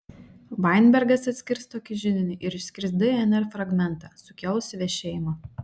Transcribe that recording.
vainbergas atskirs tokį židinį ir išskirs dnr fragmentą sukėlusį vešėjimą